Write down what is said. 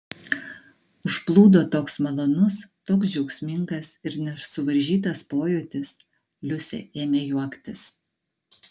užplūdo toks malonus toks džiaugsmingas ir nesuvaržytas pojūtis liusė ėmė juoktis